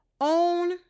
own